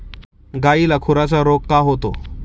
गायीला खुराचा रोग का होतो?